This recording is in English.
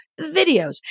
videos